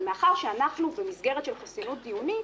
אבל מאחר שאנחנו במסגרת של חסינות דיונית,